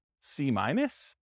C-minus